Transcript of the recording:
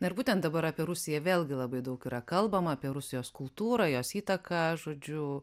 na ir būtent dabar apie rusiją vėlgi labai daug yra kalbama apie rusijos kultūrą jos įtaką žodžiu